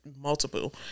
multiple